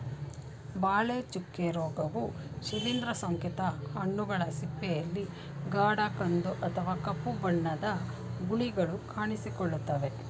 ಬಾಳೆ ಚುಕ್ಕೆ ರೋಗವು ಶಿಲೀಂದ್ರ ಸೋಂಕಿತ ಹಣ್ಣುಗಳ ಸಿಪ್ಪೆಯಲ್ಲಿ ಗಾಢ ಕಂದು ಅಥವಾ ಕಪ್ಪು ಬಣ್ಣದ ಗುಳಿಗಳು ಕಾಣಿಸಿಕೊಳ್ತವೆ